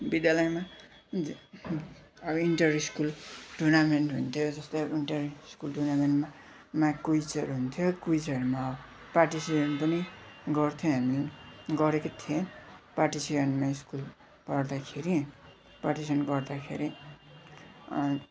विद्यालयमा अब inter school tournament हुन्थ्यो जस्तै अब इन्टर स्कुल टुर्नामेन्टमा क्विजहरू हुन्थ्यो क्विजहरूमा पार्टिसिपेट पनि गर्थेँ हामीले गरेको थियौँ पार्टिसिपेटमै स्कुल पढ्दाखेरि पार्टिसेन गर्दाखेरि